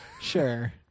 sure